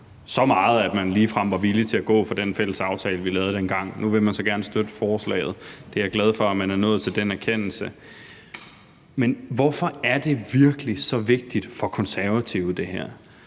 så stramt, at man ligefrem var villig til at gå fra den fælles aftale, vi lavede dengang. Nu vil man så gerne støtte forslaget. Jeg er glad for, at man er nået til den erkendelse, men hvorfor er det her virkelig så vigtigt for Konservative? Jeg